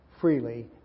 freely